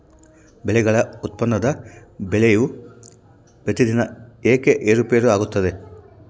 ಬೆಳೆಗಳ ಉತ್ಪನ್ನದ ಬೆಲೆಯು ಪ್ರತಿದಿನ ಏಕೆ ಏರುಪೇರು ಆಗುತ್ತದೆ?